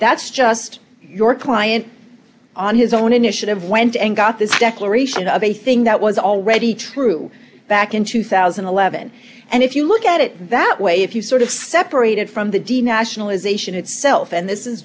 that's just your client on his own initiative went and got this declaration of a thing that was already true back in two thousand and eleven and if you look at it that way if you sort of separated from the de nationalization itself and this is